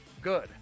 good